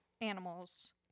animals